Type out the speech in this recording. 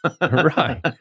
Right